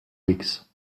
weeks